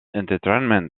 entertainment